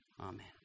Amen